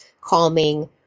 calming